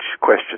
question